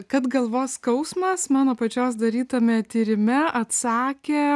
kad galvos skausmas mano pačios darytame tyrime atsakė